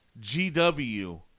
GW